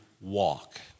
walk